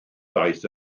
daeth